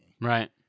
Right